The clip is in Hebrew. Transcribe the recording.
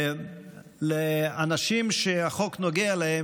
לאנשים שהחוק נוגע אליהם,